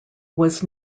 was